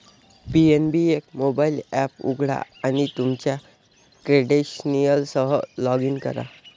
PNB एक mobile app उघडा आणि तुमच्या क्रेडेन्शियल्ससह लॉग इन करा